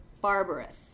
barbarous